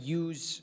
use